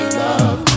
love